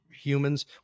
humans